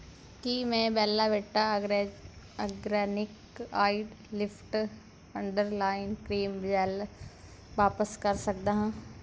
ਕੀ ਮੈਂ ਬੈੱਲਾ ਵਿਟਾ ਆਗਰੇ organic eye lift under eye cream gel ਵਾਪਸ ਕਰ ਸਕਦਾ ਹਾਂ